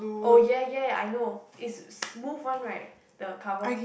oh ya ya I know it's smooth one right the cover